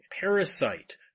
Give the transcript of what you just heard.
Parasite